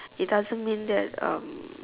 it doesn't mean that um